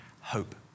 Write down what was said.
hope